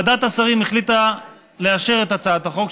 ועדת השרים החליטה לאשר את הצעת החוק